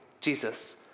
Jesus